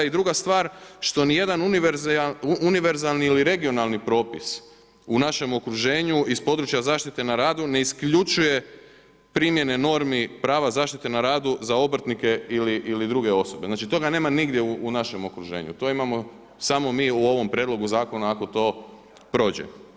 I druga stvar što nijedan univerzalni ili regionalni propis u našem okruženju, iz područja zaštite na radu, ne isključuje primjene normi prava zaštite na radu za obrtnike ili baš druge osobe, znači toga nema nigdje u našem okruženju, to imamo samo mi u ovom prijedlogu zakona ako to prođe.